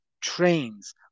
trains